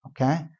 Okay